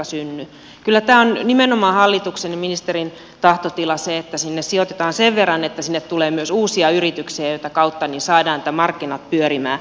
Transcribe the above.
kyllä tämä on nimenomaan hallituksen ja ministerin tahtotila se että sinne sijoitetaan sen verran että sinne tulee myös uusia yrityksiä ja sitä kautta saadaan nämä markkinat pyörimään